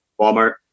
walmart